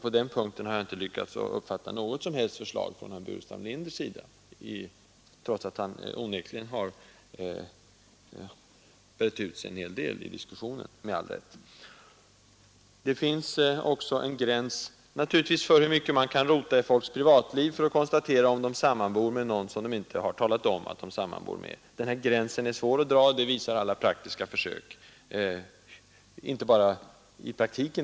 På den punkten har jag inte lyckats uppfatta något som helst förslag från herr Burenstam Linder, trots att han onekligen med all rätt har brett ut sig en hel del i debatten. Det finns naturligtvis också en gräns för hur mycket man kan rota i folks privatliv för att konstatera, om de sammanbor med någon som de inte har talat om att de sammanbor med. Den gränsen är svår att dra, inte bara i praktiken.